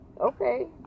okay